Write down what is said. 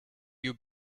you